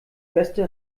beste